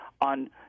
on